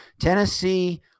Tennessee